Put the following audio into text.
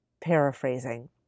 paraphrasing